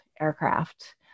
aircraft